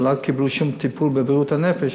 שלא קיבלו שום טיפול בבריאות הנפש.